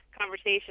conversation